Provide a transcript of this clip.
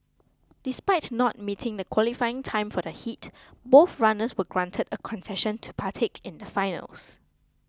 despite not meeting the qualifying time for the heat both runners were granted a concession to partake in the finals